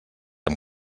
amb